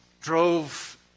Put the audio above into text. drove